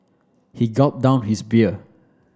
he gulped down his beer